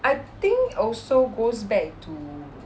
I think also goes back to